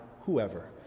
whoever